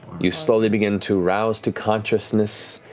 you slowly begin to rouse to consciousness,